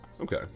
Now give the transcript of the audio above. Okay